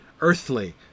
earthly